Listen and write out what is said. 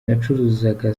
nacuruzaga